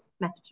message